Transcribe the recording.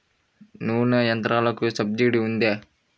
నూనె యంత్రాలకు సబ్సిడీ ఉందా?